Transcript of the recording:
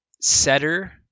setter